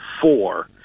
four